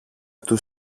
του